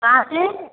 कहाँ से